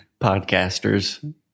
podcasters